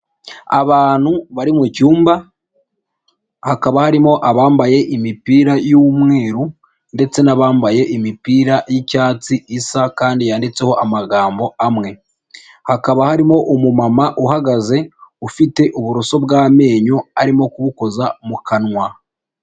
Abantu bari mu cyumba hakaba harimo abambaye imipira y'umweru ndetse n'abambaye imipira y'icyatsi isa kandi yanditseho amagambo amwe. Hakaba harimo umumama uhagaze ufite uburoso bw'amenyo arimo kubukoza mu kanwa.